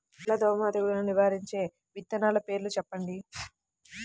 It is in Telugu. తెల్లదోమ తెగులును నివారించే విత్తనాల పేర్లు చెప్పండి?